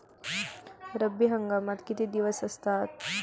रब्बी हंगामात किती दिवस असतात?